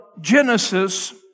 Genesis